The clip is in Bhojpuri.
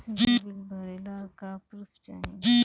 बिजली बिल भरे ला का पुर्फ चाही?